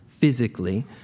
physically